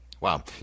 Wow